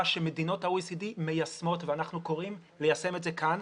שמדינות ה-OECD מיישמות ואנחנו קוראים ליישם את זה כאן.